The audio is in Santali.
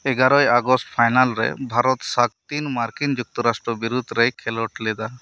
ᱜᱮᱞ ᱢᱤᱫ ᱟᱜᱚᱥᱴ ᱯᱷᱟᱭᱱᱟᱞ ᱨᱮ ᱵᱷᱟᱨᱚᱛ ᱥᱟᱜᱚᱛᱤᱱ ᱢᱟᱨᱠᱤᱱ ᱡᱩᱠᱛᱚᱨᱟᱥᱴᱨᱚ ᱵᱤᱨᱩᱫ ᱨᱮᱭ ᱠᱷᱮᱞᱚᱰ ᱞᱮᱫᱟ